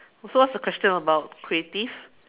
so what's the question about creative